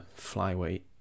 flyweight